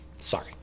sorry